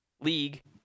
league